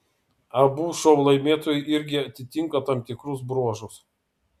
abu šou laimėtojai irgi atitinka tam tikrus bruožus